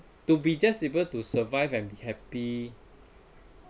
to be just able to survive and be happy